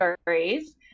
stories